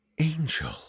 angel